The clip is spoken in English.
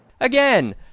Again